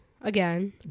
again